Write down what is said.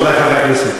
רבותי חברי הכנסת,